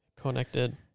Connected